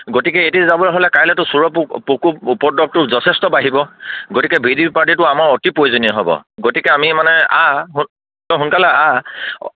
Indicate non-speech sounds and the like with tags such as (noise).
গতিকে এইতে যাবলৈ হ'লে কাইলেতো চোৰৰ (unintelligible) উপদ্ৰৱটো যথেষ্ট বাঢ়িব গতিকে ভিডিপি পাৰ্টিটো আমাৰ অতি প্ৰয়োজনীয় হ'ব গতিকে আমি মানে (unintelligible) তই সোনকালে আহ